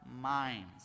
minds